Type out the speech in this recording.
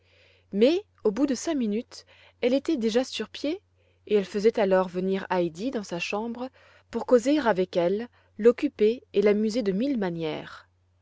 mais au bout de cinq minutes elle était déjà sur pieds et elle faisait alors venir heidi dans sa chambre pour causer avec elle l'occuper et l'amuser de mille manières